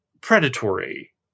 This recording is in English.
predatory